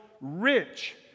rich